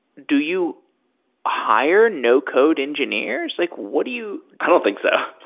do you hire no code engineers? like what do you i don't think so.